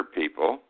people